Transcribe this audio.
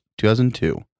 2002